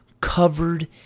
covered